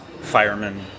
firemen